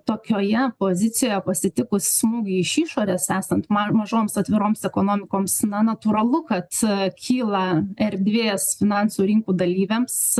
tokioje pozicijoje pasitikus smūgį iš išorės esant ma mažoms atviroms ekonomikoms na natūralu kad kyla erdvės finansų rinkų dalyviams